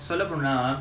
சொல்ல போனா:solla ponaa